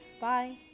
Bye